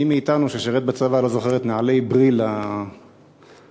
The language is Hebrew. מי מאתנו ששירת בצבא לא זוכר את נעלי "בריל" המיתולוגיות?